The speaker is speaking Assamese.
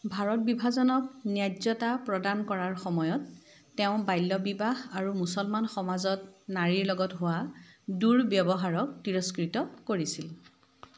ভাৰত বিভাজনক ন্যায্যতা প্ৰদান কৰাৰ সময়ত তেওঁ বাল্য বিবাহ আৰু মুছলমান সমাজত নাৰীৰ লগত হোৱা দুৰ্ব্যৱহাৰক তিৰস্কৃত কৰিছিল